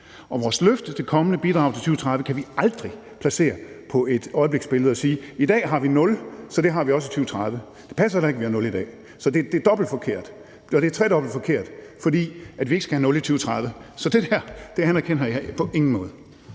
vores løfte til kommende bidrag til 2030 på et øjebliksbillede og sige: I dag har vi nul, så det har vi også i 2030. Det passer da ikke, at vi har nul i dag. Så det er dobbelt forkert; det er et tredobbelt forkert, for vi skal ikke have nul i 2030. Så det anerkender jeg på ingen måde.